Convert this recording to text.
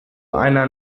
einer